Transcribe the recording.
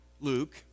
Luke